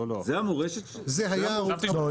זה המורשת --- לא, לא.